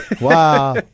Wow